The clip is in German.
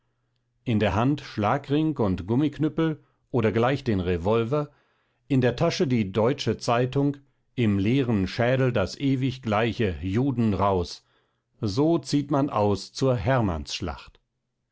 in der hand schlagring und gummiknüppel oder gleich den revolver in der tasche die deutsche zeitung im leeren schädel das ewig gleiche juden raus so zieht man aus zur hermannsschlacht